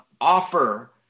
offer